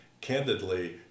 candidly